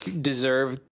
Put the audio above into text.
deserve